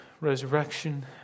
resurrection